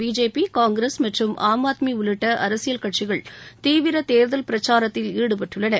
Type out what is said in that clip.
BJP Congress மற்றும் ஆம்ஆத்மி உள்ளிட்ட அரசியல் கட்சிகள் தீவிர தே்தல் பிரச்சாரத்தில் ஈடுப்பட்டுள்ளன